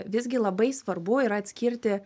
visgi labai svarbu yra atskirti